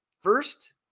first